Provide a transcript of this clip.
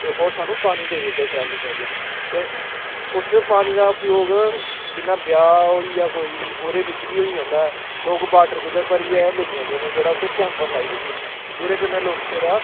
ते ओह् सानूं पानी देई ओड़दे ट्राली ट्राली ते उस पानी दा उपयोग जिन्ना ब्याह् होई गेआ कोई ओह्दे बिच्च बी होई जंदा लोग बाटरकूलर भरियै बी लेई जंदे न जेह्ड़ा उत्थै कैम्पर लाई ओड़दे न जुदे कन्नै लोकें दा